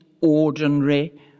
ordinary